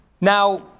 Now